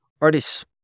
Artists